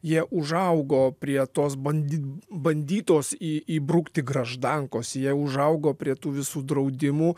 jie užaugo prie tos bandi bandytos į įbrukti graždankos jie užaugo prie tų visų draudimų